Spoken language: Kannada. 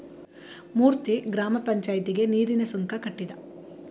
ಮೂರ್ತಿ ಗ್ರಾಮ ಪಂಚಾಯಿತಿಗೆ ನೀರಿನ ಸುಂಕ ಕಟ್ಟಿದ